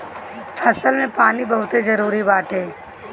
फसल में पानी बहुते जरुरी बाटे